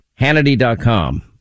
Hannity.com